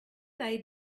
they